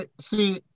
See